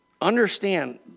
Understand